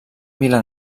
vila